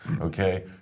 okay